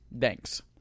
Thanks